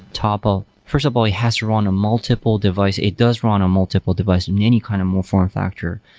topple first of all, it has to run a multiple device. it does run a multiple device in any kind of more foreign factor.